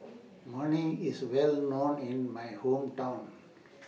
morning IS Well known in My Hometown